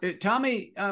Tommy